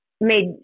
made